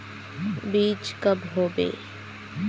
बीज कब होबे?